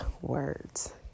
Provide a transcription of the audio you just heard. words